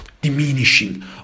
diminishing